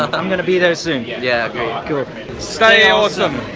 i'm going to be there soon. yeah yeah stay awesome.